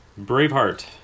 Braveheart